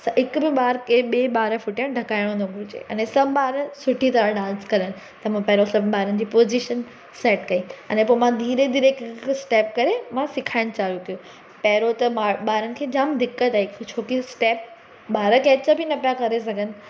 त हिकिड़ो ॿार खे ॿिए ॿार जे पुठिया ढकाइणो न घुरिजे अने सभु ॿार सुठी तरह डान्स करनि त मां पहिरों सभ ॿारनि जी पोजीशन सेट कई अने पोइ मां धीरे धीरे हिक हिक स्टेप करे मां सेखारण चालूं कयो पहिरों त ॿा ॿारनि खे जाम दिक़त आई छो की स्टेप ॿार कॅपचर बि न पिया करे सघनि